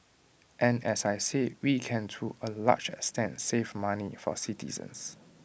and as I said we can to A large extent save money for citizens